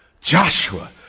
Joshua